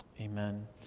Amen